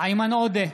איימן עודה,